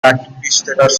activities